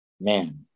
man